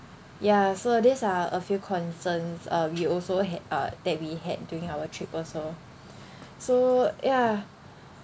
ya so these are a few concerns uh we also had uh that we had during our trip also so ya